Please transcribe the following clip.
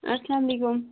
اَلسَلامُ علیکُم